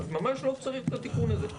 אז ממש לא צריך את התיקון הזה,